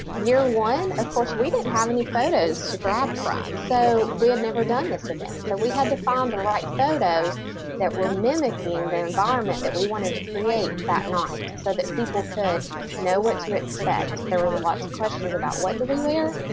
you're one, of course, we didn't have any photos to grab from. so we had never done this event. so we had to find the right photos that were mimicking the environment that we wanted to create that night so that people could know what to expect. there was a lot of questions about what do we wear.